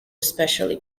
especially